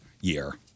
year